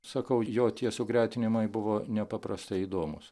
sakau jo tie sugretinimai buvo nepaprastai įdomūs